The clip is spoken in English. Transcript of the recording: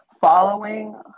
Following